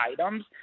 items